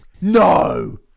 No